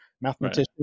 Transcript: mathematician